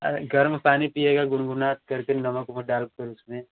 अरे गर्म पानी पिएगा गुनगुना करके नमक उमक डाल कर उसमें